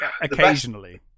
occasionally